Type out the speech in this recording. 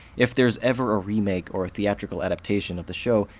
if there's ever a remake or a theatrical adaptation of the show,